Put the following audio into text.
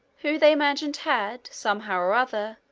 who, they imagined, had, somehow or other,